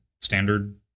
standard